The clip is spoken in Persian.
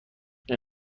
این